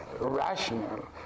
rational